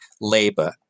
labor